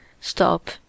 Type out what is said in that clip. Stop